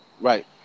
Right